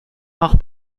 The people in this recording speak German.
auch